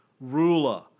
ruler